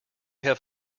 have